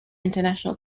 international